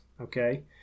Okay